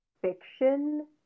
fiction